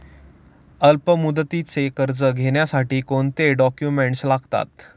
अल्पमुदतीचे कर्ज घेण्यासाठी कोणते डॉक्युमेंट्स लागतात?